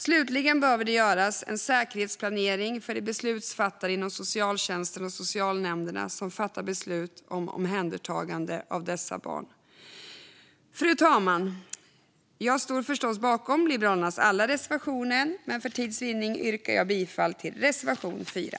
Slutligen behöver det göras en säkerhetsplanering för de beslutsfattare inom socialtjänsten och socialnämnderna som fattar beslut om omhändertagande av dessa barn. Fru talman! Jag står förstås bakom Liberalernas alla reservationer, men för tids vinnande yrkar jag bifall endast till reservation 4.